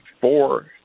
four